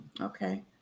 okay